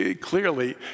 clearly